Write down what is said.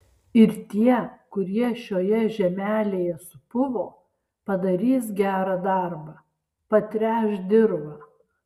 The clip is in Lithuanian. ir tie kurie šioje žemelėje supuvo padarys gerą darbą patręš dirvą